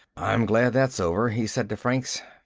i'm glad that's over, he said to franks.